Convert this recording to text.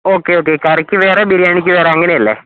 okay okay കറിക്ക് വേറെ ബിരിയാണിക്ക് വേറെ അങ്ങനെയല്ലേ